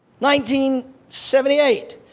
1978